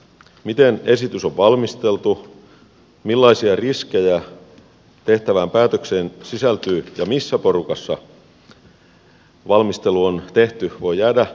miten esitys on valmisteltu millaisia riskejä tehtävään päätökseen sisältyy ja missä porukassa valmistelu on tehty voi jäädä arvoitukseksi